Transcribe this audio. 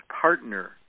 partner